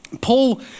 Paul